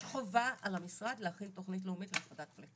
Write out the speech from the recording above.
יש חובה על המשרד להכין תוכנית לאומית להפחתת פליטות.